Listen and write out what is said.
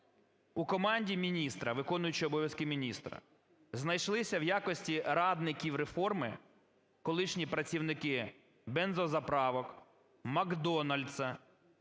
міністра виконуючого обов'язки міністра знайшлися в якості радників реформи колишні працівники бензозаправок, "МакДональдза"